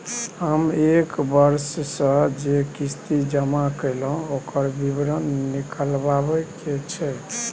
हम एक वर्ष स जे किस्ती जमा कैलौ, ओकर विवरण निकलवाबे के छै?